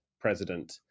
president